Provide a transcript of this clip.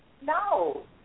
no